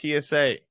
TSA